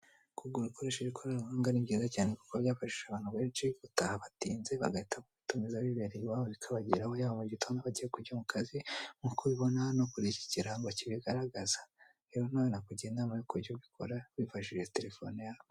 Kugura ukoresheje ikoranabuhanga ni byiza kuko byafashije abantu benshi gutaha batinze bagahita batumiza bibereye iwabo bikabageraho yaba mu gitondo bagiye kujya mu kazi nk'uko ubibona hano kuri iki kirango kibigaragaza, rero nawe nakugira inama yo kujya ubikora wifashishije terefone yawe.